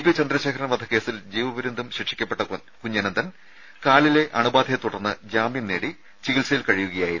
P Chandrasekharan വധക്കേസിൽ ജീവപര്യന്തം ശിക്ഷിക്കപ്പെട്ട കുഞ്ഞനന്തൻ കാലിലെ അണുബാധയെത്തുടർന്ന് ജാമ്യം നേടി ചികിത്സയിൽ കഴിയുകയായിരുന്നു